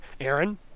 Aaron